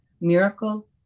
Miracle